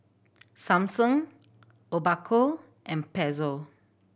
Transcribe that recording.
Samsung Obaku and Pezzo